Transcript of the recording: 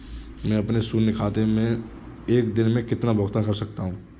मैं अपने शून्य खाते से एक दिन में कितना भुगतान कर सकता हूँ?